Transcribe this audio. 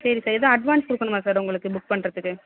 சரி சார் எதுவும் அட்வான்ஸ் கொடுக்கணுமா சார் உங்களுக்கு புக் பண்ணுறதுக்கு